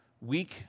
weak